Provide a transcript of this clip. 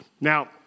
Now